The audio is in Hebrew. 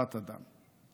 תת-אדם.